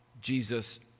Jesus